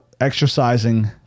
exercising